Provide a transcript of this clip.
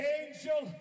angel